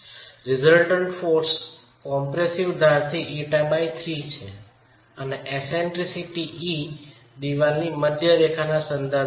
પરિણામી બળ કોમ્પ્રેસડ ધારથી η3 છે અને એસેન્ડરીસિટી e દિવાલની મધ્ય રેખાના સંદર્ભમાં છે